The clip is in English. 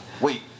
Wait